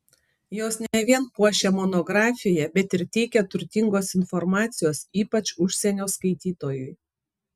jos ne vien puošia monografiją bet ir teikia turtingos informacijos ypač užsienio skaitytojui